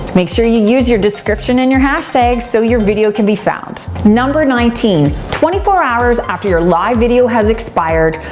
make sure you use your description and your hashtags so your video can be found. number nineteen, twenty four hours after your live video has expired,